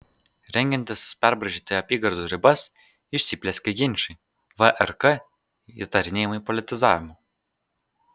rengiantis perbraižyti apygardų ribas įsiplieskė ginčai vrk įtarinėjimai politizavimu